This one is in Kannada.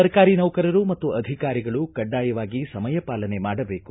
ಸರ್ಕಾರಿ ನೌಕರರು ಮತ್ತು ಅಧಿಕಾರಿಗಳು ಕಡ್ಡಾಯವಾಗಿ ಸಮಯ ಪಾಲನೆ ಮಾಡಬೇಕು